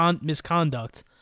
misconduct